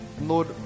Lord